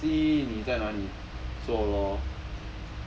uh see 你在哪里做咯